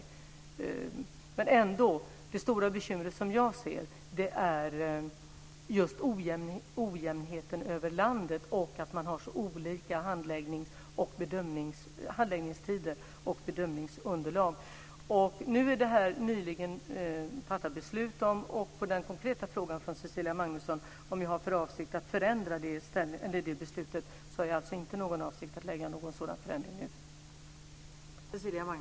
Det stora bekymret som jag ser är ändå just ojämnheten över landet och att man har så olika handläggningstider och bedömningsunderlag. Nu har man nyligen fattat beslut om detta, och på den konkreta frågan från Cecilia Magnusson, om jag har för avsikt att förändra det beslutet, är mitt svar att jag inte har någon avsikt att nu föreslå någon sådan förändring.